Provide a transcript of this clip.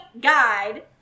guide